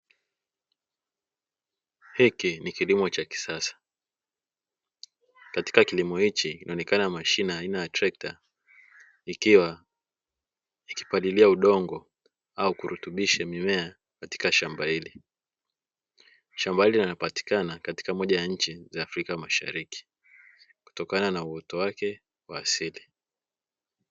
Hiki ni kilimo cha kisasa, katika kilimo hiki inaonekana mashine aina ya trekta ikiwa ikipalilia udongo au kurutubisha mimea katika shamba hili. Shamba hili hupatikana katika moja ya nchi za afrika mashariki kutokana na uoto wake wa asili.